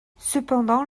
cependant